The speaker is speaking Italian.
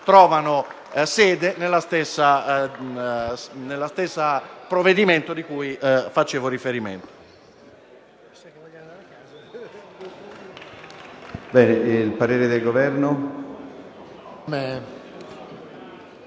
trovano sede nello stesso provvedimento a cui facevo testé riferimento.